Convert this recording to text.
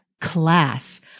class